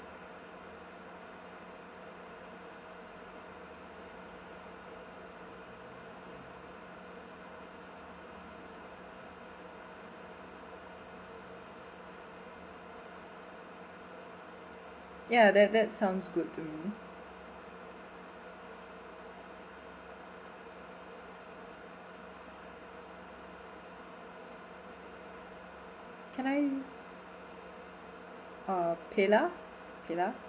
ya that that sounds good to me can I uh paylah paylah